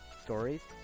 stories